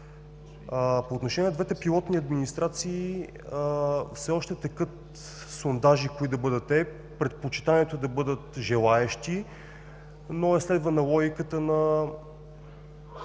По отношение на двете пилотни администрации. Все още текат сондажи кои да бъдат те. Предпочитанието е да бъдат желаещи, но е следвана логиката на